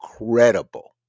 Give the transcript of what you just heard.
incredible